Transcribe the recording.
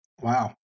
Wow